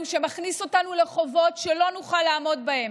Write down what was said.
שמכניס אותנו לחובות שלא נוכל לעמוד בהם.